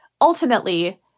ultimately